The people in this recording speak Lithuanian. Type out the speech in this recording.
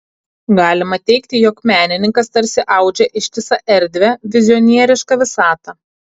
galima teigti jog menininkas tarsi audžia ištisą erdvę vizionierišką visatą